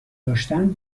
داشتن